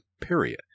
period